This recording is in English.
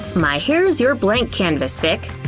my hair's your blank canvas, vick!